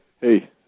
Hey